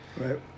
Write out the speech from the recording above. right